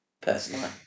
personally